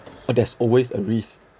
but there's always a risk